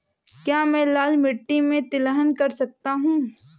क्या मैं लाल मिट्टी में तिलहन कर सकता हूँ?